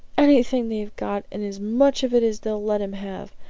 anything they've got and as much of it as they'll let him have.